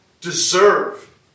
deserve